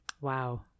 Wow